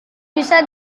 bisa